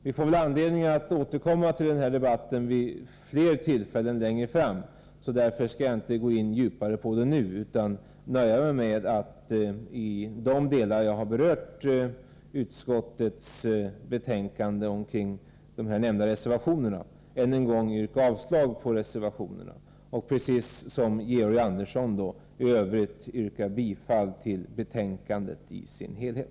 Vi får väl anledning att återkomma till denna debatt vid fler tillfällen, längre fram. Jag skall därför inte nu gå in djupare på dessa frågor utan jag nöjer mig med att än en gång yrka avslag på de reservationer jag har berört. Precis som Georg Andersson vill jag också yrka bifall till utskottets hemställan i dess helhet.